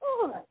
good